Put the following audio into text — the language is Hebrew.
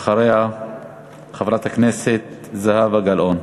ואחריה, חברת הכנסת זהבה גלאון.